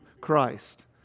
Christ